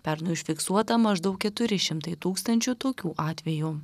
pernai užfiksuota maždaug keturi šimtai tūkstančių tokių atvejų